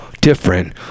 different